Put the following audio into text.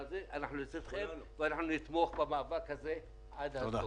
אנחנו לצדכם ואנחנו נתמוך במאבק הזה עד הסוף.